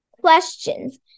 questions